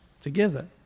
together